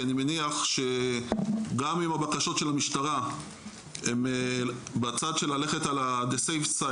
כי אני מניח שגם אם הבקשות של המשטרה הן בצד של ללכת הצד הבטוח,